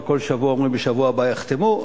וכל שבוע אומרים: בשבוע הבא יחתמו,